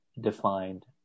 defined